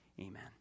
Amen